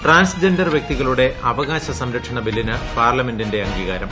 transgender വൃക്തികളുട്ടെ ആപ്കാശ സംരക്ഷണ ബില്ലിന് പാർലമെന്റിന്റെ അംഗീകാരം